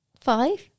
Five